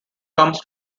comes